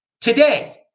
today